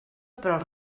pel